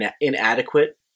inadequate